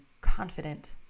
confident